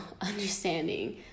understanding